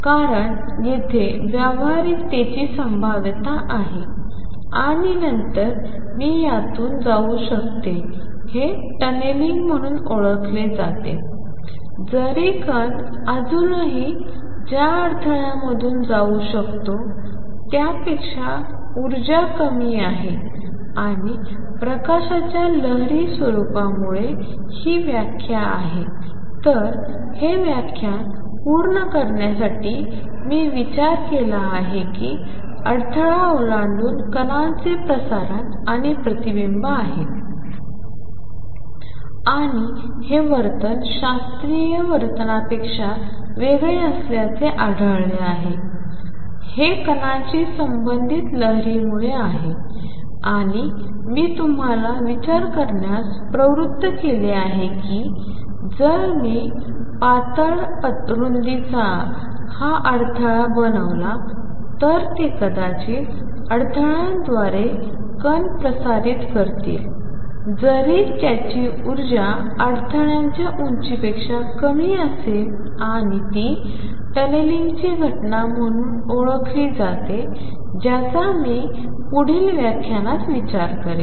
कारण येथे व्यावहारिकतेची संभाव्यता आहे आणि नंतर ती यातून जाऊ शकते हे टनेलिंग म्हणून ओळखले जाते जरी कण अजूनही ज्या अडथळ्यामधून जाऊ शकतो त्यापेक्षा ऊर्जा कमी आहे आणि प्रकाशाच्या लहरी स्वरूपामुळे ही व्याख्या आहे तर हे व्याख्यान पूर्ण करण्यासाठी मी विचार केला आहे की अडथळा ओलांडून कणांचे प्रसारण आणि प्रतिबिंब आहे आणि हे वर्तन शास्त्रीय वर्तनापेक्षा वेगळे असल्याचे आढळले आहे आणि हे कणांशी संबंधित लहरीमुळे आहे आणि मी तुम्हाला विचार करण्यास प्रवृत्त केले आहे की जर मी पातळ रुंदीचा हा अडथळा बनवला तर ते कदाचित अडथळ्याद्वारे कण प्रसारित करतील जरी त्याची ऊर्जा अडथळ्याच्या उंचीपेक्षा कमी असेल आणि ती टनेलिंगची घटना म्हणून ओळखली जाते ज्याचा मी पुढील व्याख्यानात विचार करेन